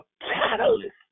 catalyst